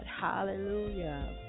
Hallelujah